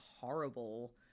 horrible